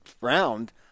round